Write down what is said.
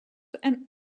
and